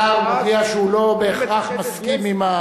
השר מודיע שהוא לא בהכרח מסכים עם,